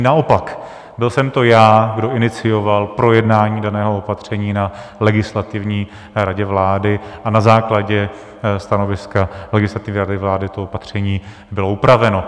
Naopak, byl jsem to já, kdo inicioval projednání daného opatření na Legislativní radě vlády, a na základě stanoviska Legislativní rady vlády to opatření bylo upraveno.